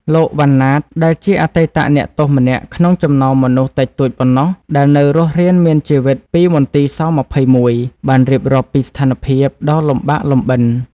លោក វ៉ាន់ ណាត ដែលជាអតីតអ្នកទោសម្នាក់ក្នុងចំណោមមនុស្សតិចតួចប៉ុណ្ណោះដែលនៅរស់រានមានជីវិតពីមន្ទីរស-២១ បានរៀបរាប់ពីស្ថានភាពដ៏លំបាកលំបិន។